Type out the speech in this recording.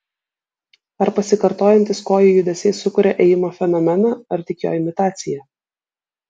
ar pasikartojantys kojų judesiai sukuria ėjimo fenomeną ar tik jo imitaciją